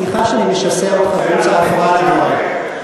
סליחה שאני משסע אותך באמצע ההפרעה לדברי,